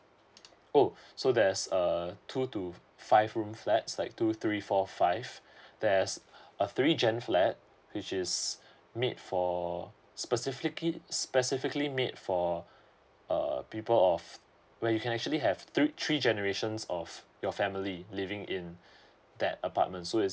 oh so there's err two two five room flat like two three four five there's a three gen flat which is made for specific specifically made for uh people of where you can actually have three three generations of your family living in that apartment so is